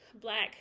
black